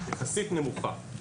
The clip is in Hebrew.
היא יחסית נמוכה.